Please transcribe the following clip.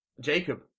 Jacob